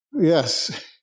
Yes